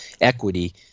equity